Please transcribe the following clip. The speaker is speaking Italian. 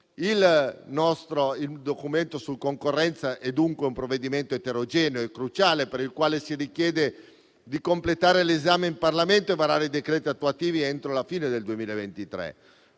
competitiva. Quello sulla concorrenza è dunque un provvedimento eterogeneo e cruciale, per il quale si richiede di completare l'esame in Parlamento e varare i decreti attuativi entro la fine del 2023.